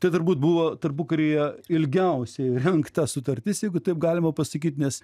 tai turbūt buvo tarpukaryje ilgiausiai rengta sutartis jeigu taip galima pasakyt nes